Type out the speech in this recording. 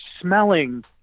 smelling